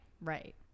right